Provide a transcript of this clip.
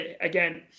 again